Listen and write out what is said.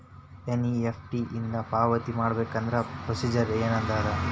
NEFT ಇಂದ ಪಾವತಿ ಮಾಡಬೇಕಂದ್ರ ಪ್ರೊಸೇಜರ್ ಏನದ